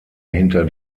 hinter